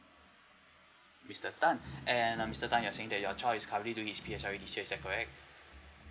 mister tan and mister tan you're saying that your child is currently doing his P_S_L_E is that correct